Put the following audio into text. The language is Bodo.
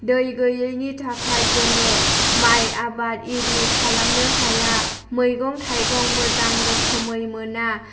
दै गैयैनि थाखाय जोङो माइ आबाद इरि खालामनो हाया मैगं थाइगं मोजां रोखोमै मोना